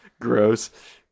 Gross